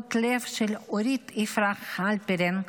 וחודרות לב של אורית יפרח הלפרין,